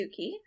Suki